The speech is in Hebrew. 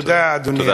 תודה, אדוני היושב-ראש.